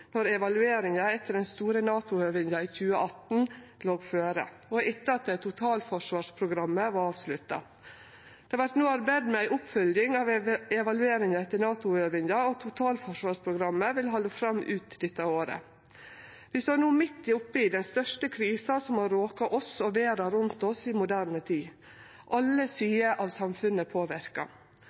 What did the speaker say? når evalueringa etter den store NATO-øvinga i 2018 låg føre, og etter at totalforsvarsprogrammet var avslutta. Det vert no arbeidd med ei oppfølging av evalueringa etter NATO-øvinga, og totalforsvarsprogrammet vil halde fram ut dette året. Vi står no midt oppe i den største krisa som har råka oss og verda rundt oss i moderne tid. Alle sider av samfunnet er påverka.